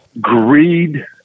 greed